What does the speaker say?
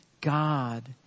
God